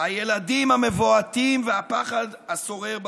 הילדים המבועתים והפחד השורר ברחובות.